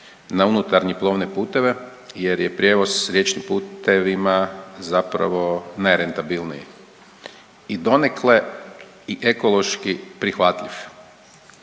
na unutarnje plovne puteve jer je prijevoz riječnim putevima zapravo najrentabilniji i donekle i ekološki prihvatljiv.